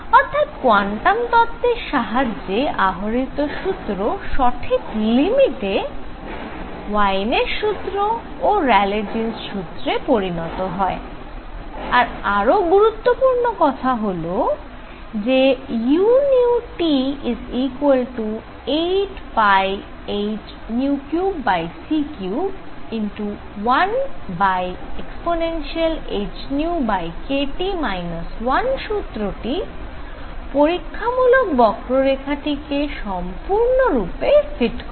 অর্থাৎ কোয়ান্টাম তত্ত্বের সাহায্যে আহরিত সূত্র সঠিক লিমিটে ওয়েইনের সূত্র Wien's formula ও র্যালে জীন্স সূত্রে Rayleigh Jean's formula পরিণত হয় আর আরো গুরুত্বপূর্ণ কথা হল যে u 8πhν3c31 ehνkT 1 সূত্রটি পরীক্ষামূলক বক্ররেখাটি কে সম্পূর্ণরূপে ফিট করে